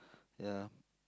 ya